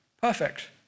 perfect